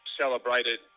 Celebrated